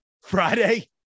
Friday